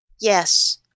yes